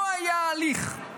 לא היה הליך,